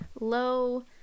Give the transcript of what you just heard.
low